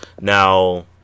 now